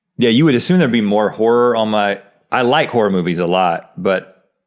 yeah you would assume there'd be more horror on my, i like horror movies a lot, but,